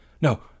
No